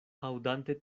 aŭdante